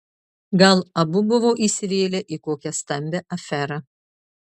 gal abu buvo įsivėlę į kokią stambią aferą